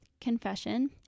Confession